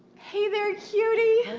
hey there cutie!